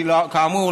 כי כאמור,